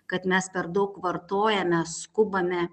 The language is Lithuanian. kad mes per daug vartojame skubame